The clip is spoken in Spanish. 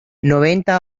noventa